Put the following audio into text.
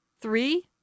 Three